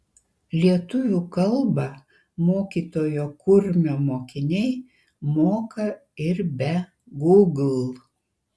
lietuvių kalbą mokytojo kurmio mokiniai moka ir be gūgl